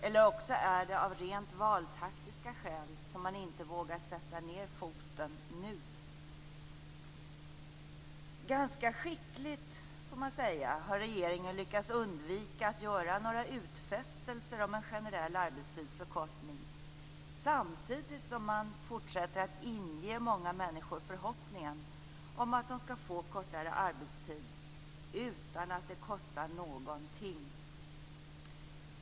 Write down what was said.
Eller också är det av rent valtaktiska skäl som man inte vågar sätta ned foten nu. Ganska skickligt har regeringen lyckats undvika att göra några utfästelser om en generell arbetstidsförkortning, samtidigt som man fortsätter att inge många människor förhoppningen om att de skall få kortare arbetstid utan att det kostar någonting.